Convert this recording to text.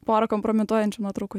pora kompromituojančių nuotraukų